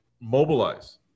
mobilize